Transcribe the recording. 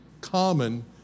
common